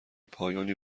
پایانی